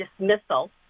dismissal